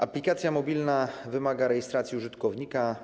Aplikacja mobilna wymaga rejestracji użytkownika.